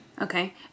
Okay